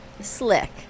Slick